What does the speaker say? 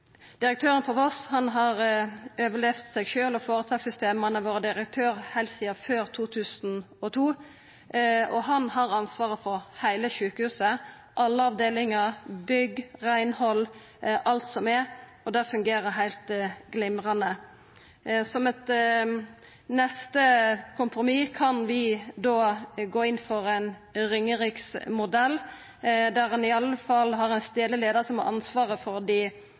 Direktøren på Voss har overlevd seg sjølv og føretakssystemet. Han har vore direktør heilt sidan før 2002, han har ansvaret for heile sjukehuset – alle avdelingar, bygg, reinhald, alt som er – og det fungerer heilt glimrande. Som eit neste kompromiss kan vi da gå inn for ein Ringeriksmodell, der ein i alle fall har ein stadleg leiar som har ansvaret for dei